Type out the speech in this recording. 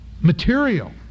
material